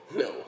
no